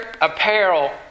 apparel